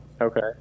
okay